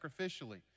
sacrificially